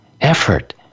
effort